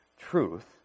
truth